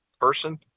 person